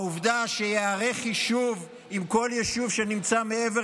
העובדה שייערך חישוב עם כל יישוב שנמצא מעבר